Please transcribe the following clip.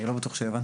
אני לא בטוח שהבנתי.